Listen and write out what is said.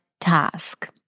task